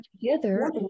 together